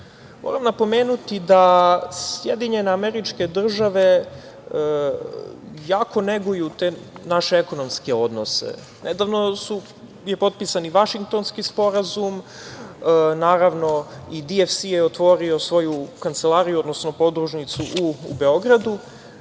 moram napomenuti da SAD jako neguju te naše ekonomske odnose. Nedavno je potpisan i Vašingtonski sporazum i DFC je otvorio svoju kancelariju, odnosno podružnicu u Beogradu